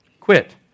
quit